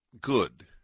good